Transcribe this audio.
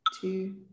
two